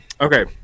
okay